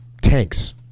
tanks